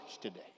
today